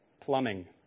plumbing